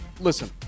Listen